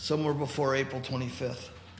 somewhere before april twenty fifth